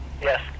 Yes